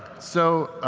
so